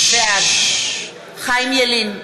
בעד חיים ילין,